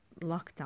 lockdown